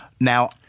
Now